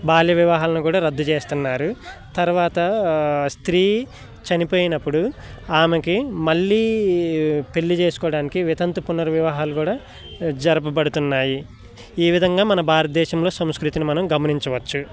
బాల్య వివాహాలను కూడా రద్దు చేస్తున్నారు తర్వాత స్త్రీ చనిపోయినప్పుడు ఆమెకి మళ్ళీ పెళ్లి చేసుకోవడానికి వితంతు పునర్వివాహాలు కూడా జరపబడుతున్నాయి ఈ విధంగా మన భారతదేశంలో సంస్కృతిని మనం గమనించవచ్చు